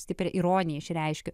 stiprią ironiją išreiškiu